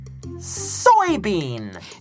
Soybean